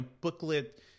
booklet